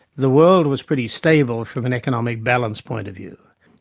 the world was pretty stable from an economic balance point of view.